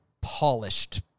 polished